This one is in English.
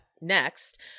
next